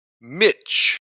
Mitch